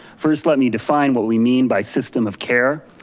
first let me define what we mean by system of care.